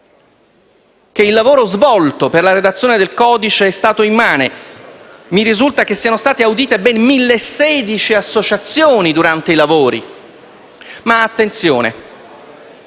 che il lavoro svolto per la redazione del codice è stato immane. Mi risulta che siano state audite ben 1.016 associazioni durante i lavori, ma attenzione: